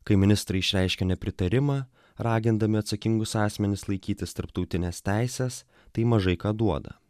kai ministrai išreiškia nepritarimą ragindami atsakingus asmenis laikytis tarptautinės teisės tai mažai ką duoda